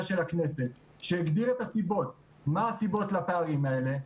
של הכנסת שהגדיר את הסיבות לפערים האלה,